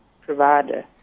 provider